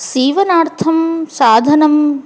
सीवनार्थं साधनम्